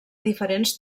diferents